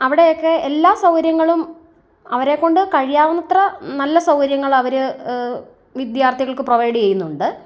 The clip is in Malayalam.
അവിടെയൊക്കെ എല്ലാ സൗകര്യങ്ങളും അവരെക്കൊണ്ട് കഴിയാവുന്നത്ര നല്ല സൗകര്യങ്ങൾ അവർ വിദ്യാർഥികൾക്ക് പ്രൊവൈഡ് ചെയ്യുന്നുണ്ട്